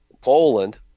Poland